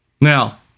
Now